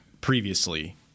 previously